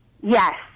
Yes